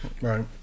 Right